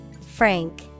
Frank